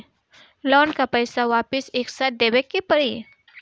Loan का पईसा वापिस एक साथ देबेके पड़ी?